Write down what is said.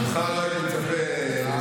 ממך לא הייתי מצפה לזלזול.